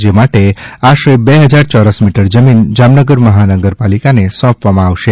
જે માટે આશરે બે હજાર યોરસ મીટર જમીન જામનગર મહાનગરપાલિકાને સોંપવામાં આવશે